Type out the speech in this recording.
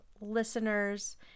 listeners